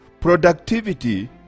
Productivity